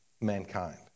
mankind